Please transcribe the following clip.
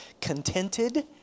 contented